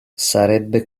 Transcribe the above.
sarebbe